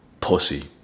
pussy